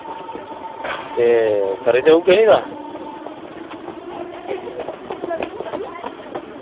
ते करी देई ओड़गे तां